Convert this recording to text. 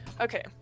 Okay